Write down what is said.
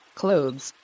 clothes